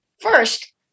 first